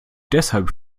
deshalb